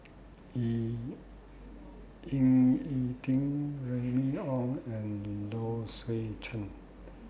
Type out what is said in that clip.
Ying E Ding Remy Ong and Low Swee Chen